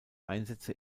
einsätze